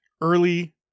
early